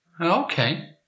Okay